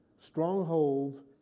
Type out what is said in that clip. Strongholds